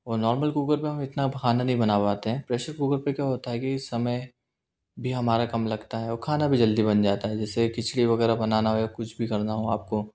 वो normal cooker पे हम इतना खाना नहीं बना पाते है प्रेसर कूकर पे क्या होता है कि समय भी हमारा कम लगता है और खाना भी जल्दी बन जाता है जैसे खिचड़ी वगैरह बनाना हो या कुछ भी करना हो आपको